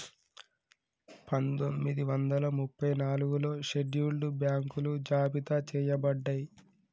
పందొమ్మిది వందల ముప్పై నాలుగులో షెడ్యూల్డ్ బ్యాంకులు జాబితా చెయ్యబడ్డయ్